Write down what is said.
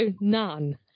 none